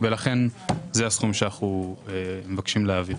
ולכן זה הסכום שאנו מבקשים להעביר.